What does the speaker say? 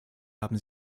haben